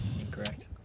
Incorrect